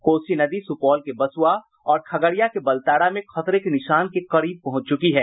कोसी नदी सुपौल के बसुआ और खगड़िया के बलतारा में खतरे के निशान के करीब पहुंच चुकी है